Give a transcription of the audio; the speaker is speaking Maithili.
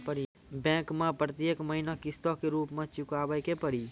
बैंक मैं प्रेतियेक महीना किस्तो के रूप मे चुकाबै के पड़ी?